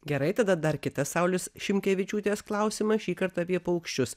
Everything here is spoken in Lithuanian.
gerai tada dar kitą saulius šimkevičiūtės klausimą šįkart apie paukščius